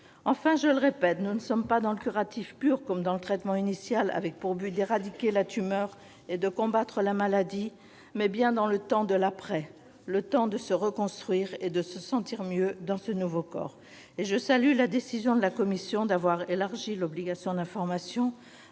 Enfin, je le répète, nous sommes non pas dans le curatif pur, comme dans le traitement initial, avec pour buts d'éradiquer la tumeur et de combattre la maladie, mais bien dans le temps de l'après : le temps de se « reconstruire » et se sentir mieux dans ce nouveau corps. Et je salue la décision de la commission d'avoir élargi l'obligation d'information